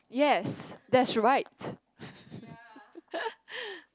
yes that's right